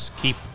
keep